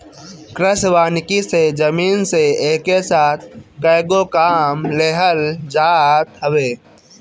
कृषि वानिकी से जमीन से एके साथ कएगो काम लेहल जात हवे